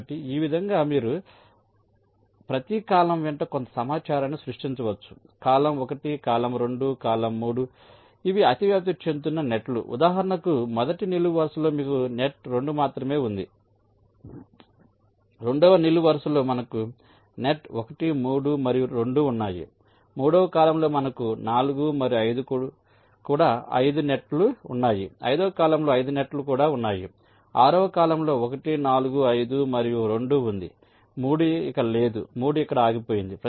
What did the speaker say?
కాబట్టి ఈ విధంగా మీరు ప్రతి కాలమ్ వెంట కొంత సమాచారాన్ని సృష్టించవచ్చు కాలమ్ 1 కాలమ్ 2 కాలమ్ 3 ఇవి అతివ్యాప్తి చెందుతున్న నెట్ లు ఉదాహరణకు మొదటి నిలువు వరుసలో మీకు నెట్ 2 మాత్రమే ఉంది 2 వ నిలువు వరుసలో మనకు నెట్ 1 3 మరియు 2 ఉన్నాయి మూడవ కాలమ్లో మనకు 4 మరియు 5 కూడా 5 నెట్ లు ఉన్నాయి ఐదవ కాలమ్లో 5 నెట్లు కూడా ఉన్నాయి 6 వ కాలమ్ 1 4 5 మరియు 2 ఉంది 3 ఇక లేదు 3 ఇక్కడ ఆగిపోయింది